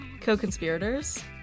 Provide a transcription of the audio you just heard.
co-conspirators